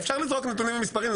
אפשר לזרוק נתונים ומספרים,